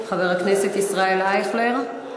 חבר הכנסת ישראל אייכלר,